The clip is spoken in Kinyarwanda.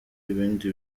ibindi